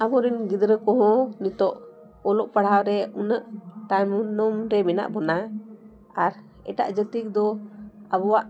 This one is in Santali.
ᱟᱵᱚᱨᱮᱱ ᱜᱤᱫᱽᱨᱟᱹ ᱠᱚᱦᱚᱸ ᱱᱤᱛᱚᱜ ᱚᱞᱚᱜ ᱯᱟᱲᱦᱟᱣ ᱨᱮ ᱩᱱᱟᱹᱜ ᱛᱟᱭᱚᱢ ᱨᱮ ᱢᱮᱱᱟᱜ ᱵᱚᱱᱟ ᱟᱨ ᱮᱴᱟᱜ ᱡᱟᱹᱛᱤ ᱫᱚ ᱟᱵᱚᱣᱟᱜ